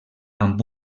amb